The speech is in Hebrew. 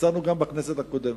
הצענו אותה גם בכנסת הקודמת.